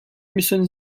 müssen